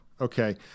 Okay